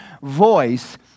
voice